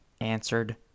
answered